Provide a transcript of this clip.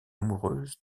amoureuse